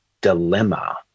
dilemma